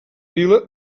vila